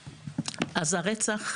הרצח,